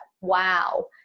Wow